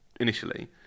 initially